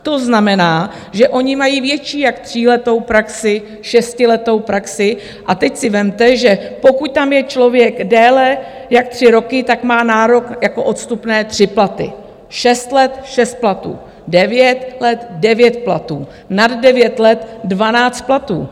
To znamená, že oni mají větší jak tříletou praxi, šestiletou praxi, a teď si vezměte, že pokud tam je člověk déle jak tři roky, tak má nárok jako odstupné tři platy, šest let šest platů, devět let devět platů, nad devět let dvanáct platů.